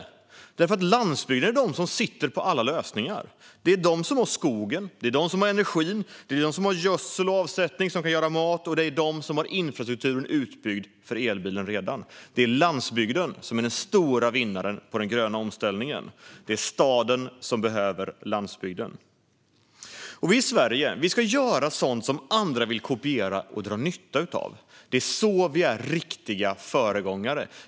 Det är nämligen landsbygden som sitter på alla lösningar. Där finns skog, energi, gödsel, avsättning för att producera mat och redan utbyggd infrastruktur för elbilen. Det är landsbygden som är den stora vinnaren på den gröna omställningen. Det är staden som behöver landsbygden. Vi i Sverige ska göra sådant som andra vill kopiera och dra nytta av. Det är så vi blir riktiga föregångare.